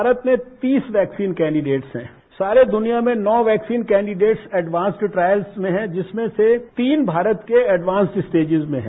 भारत में तीस vaccine candidates हैं सारे दुनिया में नौ वैक्सीन कैंडीडेट्स एडवांस के ट्रायल्स में हैं जिसमें से तीन भारत के एडवांस स्टेजेस में हैं